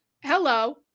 hello